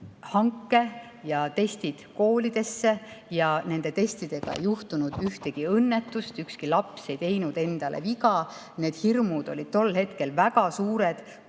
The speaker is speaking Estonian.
hanke ja testid koolidesse ja nende testidega ei juhtunud ühtegi õnnetust, ükski laps ei teinud endale viga. Need hirmud olid tol hetkel väga suured,